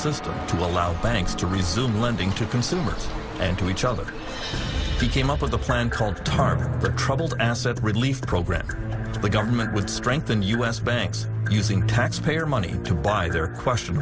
allow banks to resume lending to consumers and to each other he came up with a plan called tarp the troubled asset relief program the government would strengthen us bang using taxpayer money to buy their question